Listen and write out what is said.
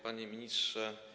Panie Ministrze!